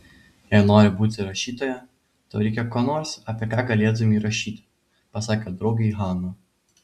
jei nori būti rašytoja tau reikia ko nors apie ką galėtumei rašyti pasakė draugei hana